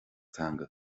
teanga